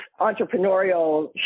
entrepreneurial